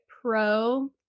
pro